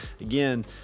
again